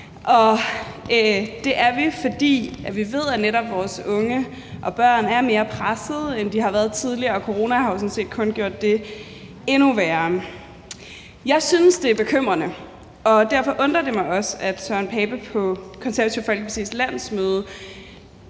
Det er vi, fordi vi ved, at netop vores unge og børn er mere pressede, end de har været tidligere, og corona har jo sådan set kun gjort det endnu værre. Jeg synes, det er bekymrende, og derfor undrer det mig også, at Søren Pape Poulsen på Det Konservative Folkepartis